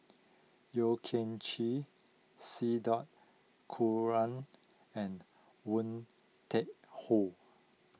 Yeo Kian Chye C dot Kunalan and Woon Tai Ho